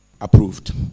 approved